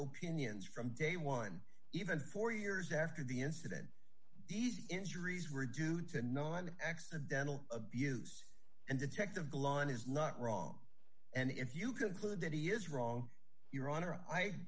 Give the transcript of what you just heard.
own pinions from day one even four years after the incident these injuries were due to no one accidental abuse and detective glenn is not wrong and if you conclude that he is wrong your honor i